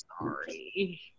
sorry